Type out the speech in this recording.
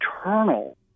eternal